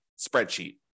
spreadsheet